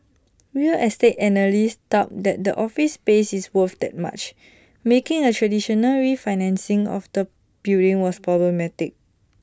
real estate analysts doubt that the office space is worth that much making A traditional refinancing of the building was problematic